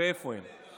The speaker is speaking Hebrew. ואיפה הם,